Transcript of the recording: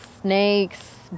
snakes